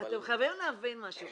אתם חייבים להבין משהו,